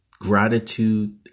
gratitude